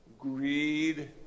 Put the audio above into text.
greed